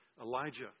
Elijah